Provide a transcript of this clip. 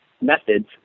methods